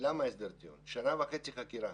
למה הסדר טיעון, שנה וחצי חקירה,